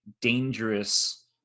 dangerous